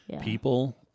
people